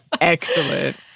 excellent